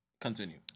continue